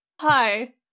hi